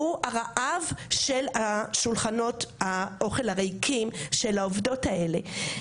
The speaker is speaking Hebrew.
הוא הרעב של שולחנות האוכל הריקים של העובדות האלה.